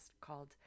called